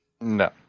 No